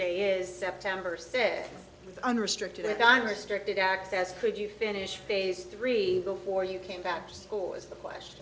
day is september said unrestricted i'm restricted access could you finish phase three before you came back to school is the question